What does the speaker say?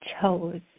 chose